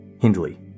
Hindley